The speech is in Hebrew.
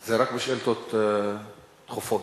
זה רק בשאילתות דחופות.